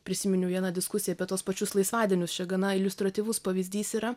prisiminiau vieną diskusiją apie tuos pačius laisvadienius čia gana iliustratyvus pavyzdys yra